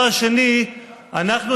אנחנו,